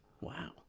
Wow